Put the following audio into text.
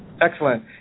Excellent